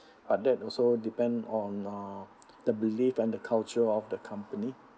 but that also depend on uh the belief and the culture of the company